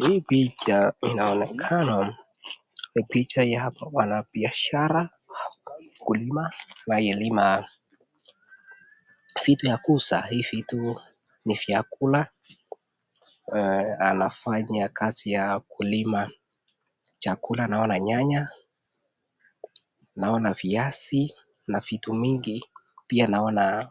Hii picha inaonekana ni picha ya wanabiashara, ukulima wanalima. Vitu ya kuuza, hivi vitu ni chakula. Anafanya kazi ya kulima chakula, naona nyanya, naona viazi na vitu mingi. Pia naona